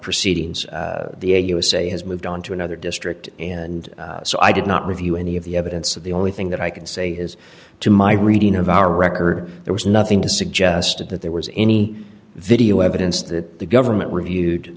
proceedings the usa has moved on to another district and so i did not review any of the evidence of the only thing that i can say is to my reading of our record there was nothing to suggest that there was any video evidence that the government reviewed